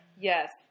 Yes